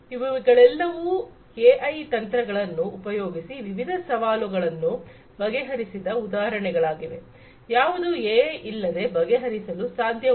ಇವುಗಳೆಲ್ಲವೂ ಎಐ ತಂತ್ರಗಳನ್ನು ಉಪಯೋಗಿಸಿ ವಿವಿಧ ಸವಾಲುಗಳನ್ನು ಬಗೆಹರಿಸಿದ ಉದಾಹರಣೆಗಳಾಗಿವೆ ಯಾವುದು ಎಐ ಇಲ್ಲದೆ ಬಗೆಹರಿಸಲು ಅಸಾಧ್ಯವಾದುದು